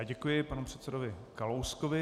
Děkuji panu předsedovi Kalouskovi.